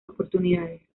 oportunidades